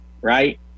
right